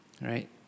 right